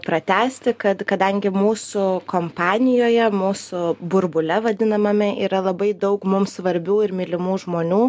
pratęsti kad kadangi mūsų kompanijoje mūsų burbule vadinamame yra labai daug mums svarbių ir mylimų žmonių